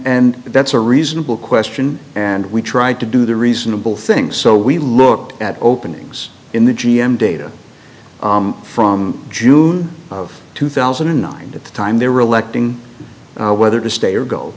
that's a reasonable question and we tried to do the reasonable thing so we looked at openings in the g m data from june of two thousand and nine at the time they were electing whether to stay or go